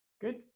Good